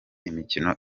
imikino